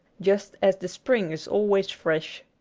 just as the spring is always fresh.